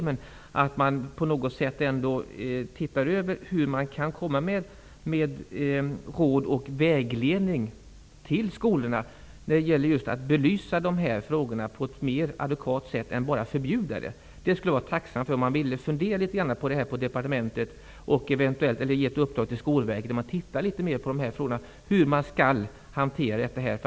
Man borde på något sätt kunna ge råd och vägledning till skolorna när det just gäller att belysa de här frågorna på ett mer adekvat sätt än genom att bara förbjuda. Jag skulle vara tacksam om man på departementet ville fundera litet på det här eller ge ett uppdrag till Skolverket att undersöka hur det skall hanteras.